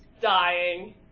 dying